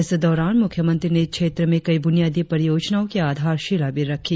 इस दौरान मुख्यमंत्री ने क्षेत्र में कई बुनियादी परियोजनाओ की आधारशिला भी रखी